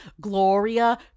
Gloria